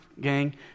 gang